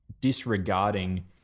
disregarding